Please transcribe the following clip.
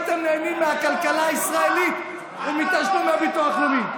לא הייתם נהנים מהכלכלה הישראלי ומתשלום לביטוח לאומי.